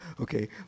Okay